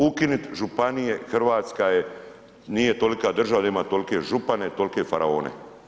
Ukinut županije Hrvatska nije tolika država da ima tolike župane, tolike faraone.